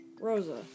Rosa